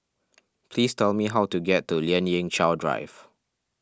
please tell me how to get to Lien Ying Chow Drive